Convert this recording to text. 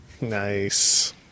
Nice